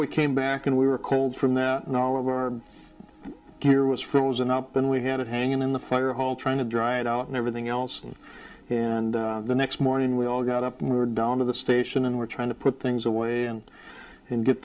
we came back and we were cold from that knowledge our care was frozen up and we had it hanging in the fire hall trying to dry it out and everything else and the next morning we all got up and we were down to the station and were trying to put things away and and get